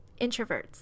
introverts